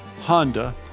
Honda